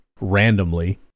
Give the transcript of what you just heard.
randomly